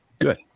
Good